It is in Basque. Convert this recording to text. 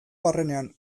barrenean